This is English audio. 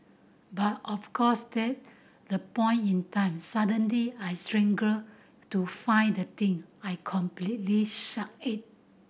but of course that the point in time suddenly I to find the thing I completely suck at